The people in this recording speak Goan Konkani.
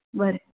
बरें